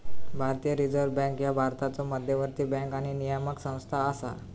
भारतीय reserve bank ह्या भारताचो मध्यवर्ती बँक आणि नियामक संस्था असा